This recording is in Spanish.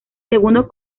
segundo